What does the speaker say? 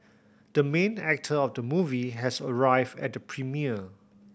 the main actor of the movie has arrived at the premiere